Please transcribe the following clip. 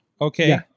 Okay